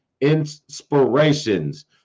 inspirations